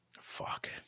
Fuck